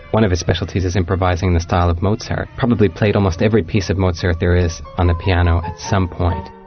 one of his specialities is improvising the style of mozart. probably played almost every piece of mozart there is on the piano at some point.